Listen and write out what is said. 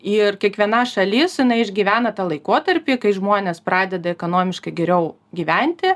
ir kiekviena šalis išgyvena tą laikotarpį kai žmonės pradeda ekonomiškai geriau gyventi